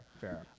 fair